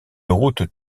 route